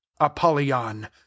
apollyon